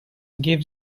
gave